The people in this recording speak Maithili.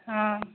हँ